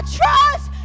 trust